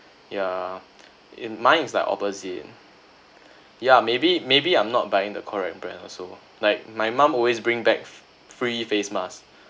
ya in mine is like opposite ya maybe maybe I'm not buying the correct brand also like my mum always bring back free face mask